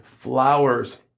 flowers